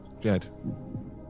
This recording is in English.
Jed